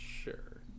Sure